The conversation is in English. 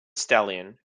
stallion